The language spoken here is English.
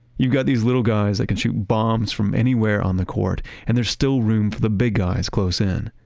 you've got these little guys that can shoot bombs from anywhere on the court and there's still room for the big guys close in.